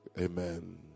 amen